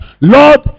Lord